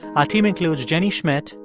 our team includes jenny schmidt,